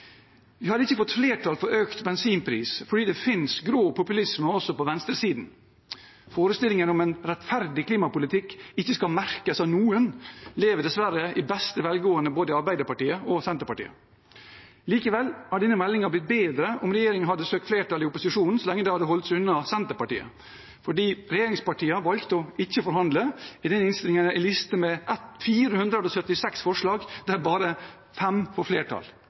Vi hadde ikke fått flertall for økt bensinpris, for det finnes grå populisme også på venstresiden. Forestillingen om en rettferdig klimapolitikk som ikke skal merkes av noen, lever dessverre i beste velgående både i Arbeiderpartiet og Senterpartiet. Likevel ville denne meldingen ha blitt bedre om regjeringen hadde søkt flertall i opposisjonen, så lenge de hadde holdt seg unna Senterpartiet. Fordi regjeringspartiene valgte å ikke forhandle, er denne innstillingen en liste med 476 forslag, der bare 5 får flertall.